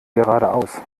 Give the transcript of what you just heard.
geradeaus